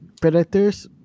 Predators